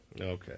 Okay